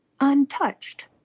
untouched